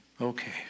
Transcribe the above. Okay